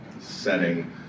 setting